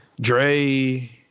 Dre